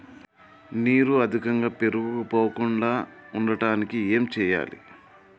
నీరు అధికంగా పేరుకుపోకుండా ఉండటానికి ఏం చేయాలి?